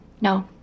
No